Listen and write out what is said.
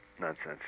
nonsense